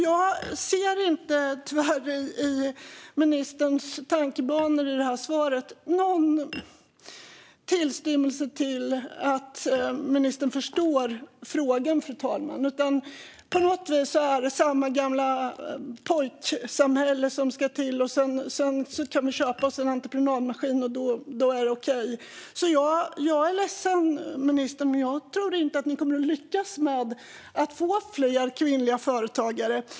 Jag ser inte i ministerns tankebanor i det här svaret någon tillstymmelse till att ministern förstår frågan, fru talman. På något vis är det samma gamla pojksamhälle som ska till, och sedan kan vi köpa oss en entreprenadmaskin, och då är det okej. Jag är ledsen, ministern, men jag tror inte att ni kommer att lyckas med att få fler kvinnliga företagare.